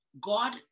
God